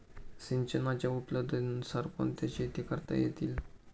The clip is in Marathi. सिंचनाच्या उपलब्धतेनुसार कोणत्या शेती करता येतील?